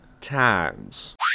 times